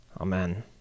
Amen